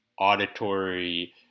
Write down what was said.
auditory